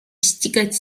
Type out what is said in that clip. ścigać